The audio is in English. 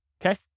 okay